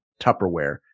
Tupperware